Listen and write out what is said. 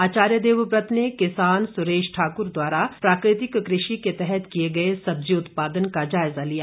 आचार्य देवव्रत ने किसान सुरेश ठाक्र द्वारा प्राकृतिक कृषि के तहत किए गए सब्जी उत्पादन का जायजा लिया